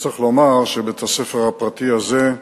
צריך לומר שבית-הספר הפרטי הזה,